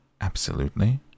Absolutely